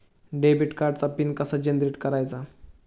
Debit कार्डचा PIN कसा generate करायचा?